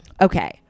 Okay